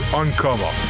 uncover